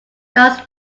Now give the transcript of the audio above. does